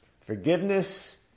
Forgiveness